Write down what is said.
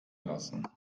lassen